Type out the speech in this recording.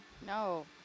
No